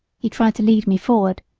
he tried to lead me forward.